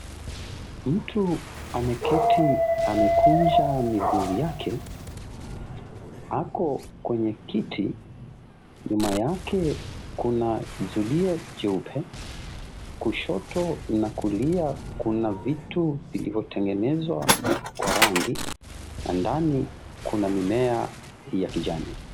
Mtu ameketi amekunja miguu yake. Ako kwenye kiti. Nyuma yake kuna zulia jeupe. Kushoto na kulia kuna vitu vilivyotengenezwa kwa rangi na ndani kuna mimea ya kijani.